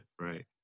right